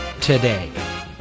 today